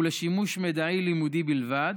הוא לשימוש מידעי-לימודי בלבד,